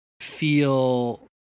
feel